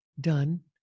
done